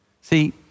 See